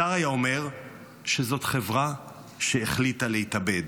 זר היה אומר שזאת חברה שהחליטה להתאבד.